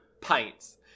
Pints